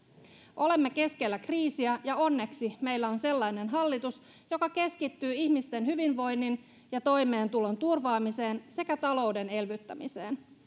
olemme keskellä kriisiä ja onneksi meillä on sellainen hallitus joka keskittyy ihmisten hyvinvoinnin ja toimeentulon turvaamiseen sekä talouden elvyttämiseen